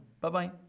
Bye-bye